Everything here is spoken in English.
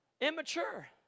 Immature